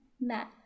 met